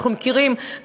אנחנו מכירים,